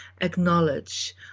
acknowledge